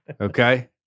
Okay